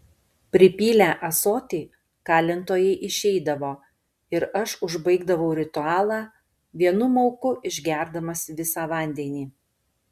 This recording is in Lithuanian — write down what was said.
pripylę ąsotį kalintojai išeidavo ir aš užbaigdavau ritualą vienu mauku išgerdamas visą vandenį